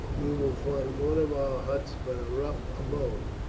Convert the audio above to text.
you will find one of our huts but a rough abode,